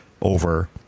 over